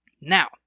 now